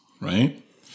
right